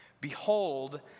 Behold